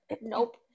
Nope